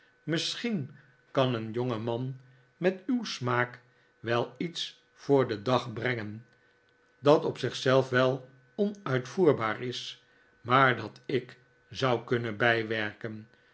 misschien kan een jongeman met uw smaak wel iets voor den dag brengen dat op zich zelf wel onuitvoerbaar is maar dat ik zou kunnen bijwerken